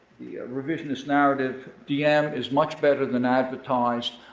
the revisionist narrative, diem is much better than advertised.